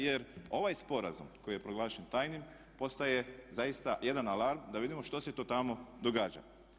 Jer ovaj sporazum koji je proglašen tajnim postaje zaista jedan alarm da vidimo što se to tamo događa.